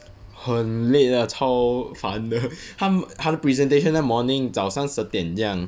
很 late ah 超烦的它它的 presentation 在 morning 早上十点这样